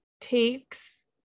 takes